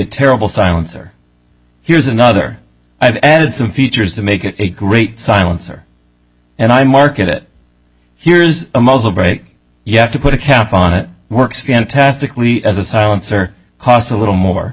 terrible silencer here's another i've added some features to make it a great silencer and i mark it here's a muzzle break you have to put a cap on it works fantastically as a silencer haas a little more